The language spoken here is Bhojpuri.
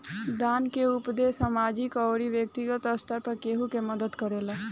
दान के उपदेस सामाजिक अउरी बैक्तिगत स्तर पर केहु के मदद करेला